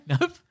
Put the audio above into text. Nope